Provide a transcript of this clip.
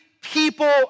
people